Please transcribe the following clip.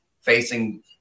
facing